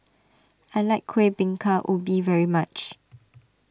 I like Kueh Bingka Ubi very much